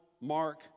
mark